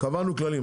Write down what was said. קבענו כללים,